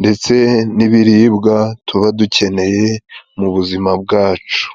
ndetse n'ibiribwa tubaga dukeneye mu buzima bwacu.